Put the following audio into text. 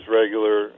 regular